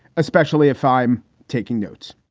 especially if i'm taking notes